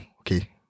okay